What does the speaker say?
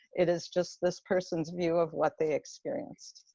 it is just this person's view of what they experienced.